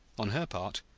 on her part,